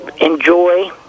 enjoy